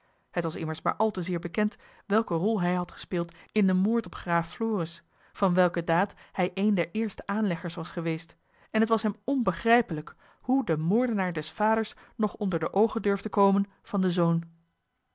het was immers maar al te zeer bekend welke rol hij had gespeeld in den moord op graaf floris van welke daad hij een der eerste aanleggers was geweest en het was hem onbegrijpelijk hoe de moordenaar des vaders nog onder de oogen durfde komen van den zoon